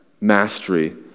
mastery